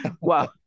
Wow